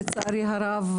לצערי הרב,